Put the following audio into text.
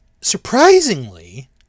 surprisingly